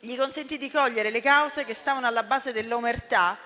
gli consentì di cogliere le cause che stavano alla base dell'omertà